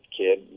kid